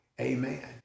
amen